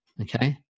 Okay